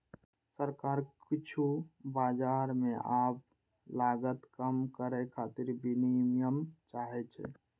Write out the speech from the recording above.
सरकार किछु बाजार मे आब लागत कम करै खातिर विनियम चाहै छै